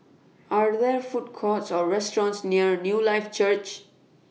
Are There Food Courts Or restaurants near Newlife Church